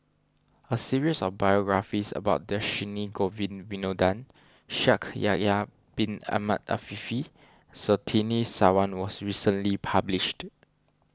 a series of biographies about Dhershini Govin Winodan Shaikh Yahya Bin Ahmed Afifi and Surtini Sarwan was recently published